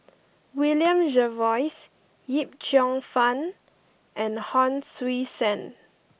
William Jervois Yip Cheong Fun and Hon Sui Sen